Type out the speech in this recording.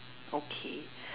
okay